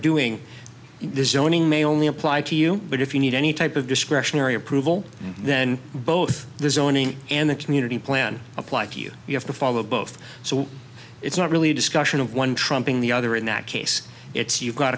doing this zoning may only apply to you but if you need any type of discretionary approval then both the zoning and the community plan apply to you you have to follow both so it's not really a discussion of one trumping the other in that case it's you've got